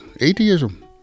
atheism